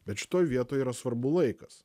bet šitoj vietoj yra svarbu laikas